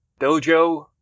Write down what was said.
Dojo